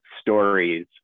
stories